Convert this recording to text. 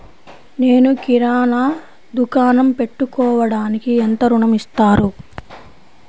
నేను కిరాణా దుకాణం పెట్టుకోడానికి ఎంత ఋణం ఇస్తారు?